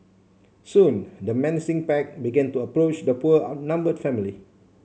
soon the menacing pack began to approach the poor outnumbered family